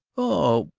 oh,